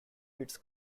its